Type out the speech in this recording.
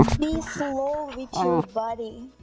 be slow with your body,